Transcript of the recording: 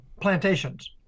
plantations